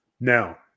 Now